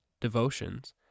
devotions